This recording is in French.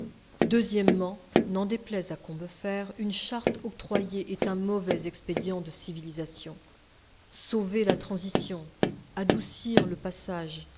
deuxièmement n'en déplaise à combeferre une charte octroyée est un mauvais expédient de civilisation sauver la transition adoucir le passage